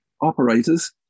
operators